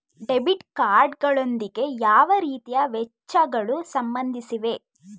Debit card ಗಳೊಂದಿಗೆ ಯಾವ ರೀತಿಯ ವೆಚ್ಚಗಳು ಸಂಬಂಧಿಸಿವೆ?